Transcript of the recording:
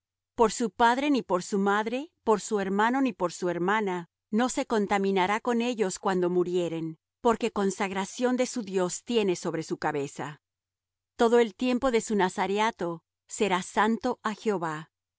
por su padre ni por su madre por su hermano ni por su hermana no se contaminará con ellos cuando murieren porque consagración de su dios tiene sobre su cabeza todo el tiempo de su nazareato será santo á jehová